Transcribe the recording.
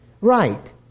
Right